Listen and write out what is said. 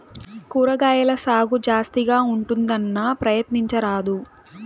కూరగాయల సాగు జాస్తిగా ఉంటుందన్నా, ప్రయత్నించరాదూ